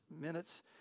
minutes